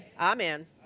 Amen